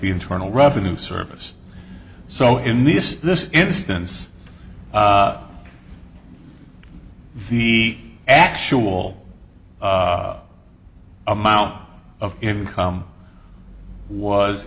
the internal revenue service so in this this instance the actual amount of income was